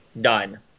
done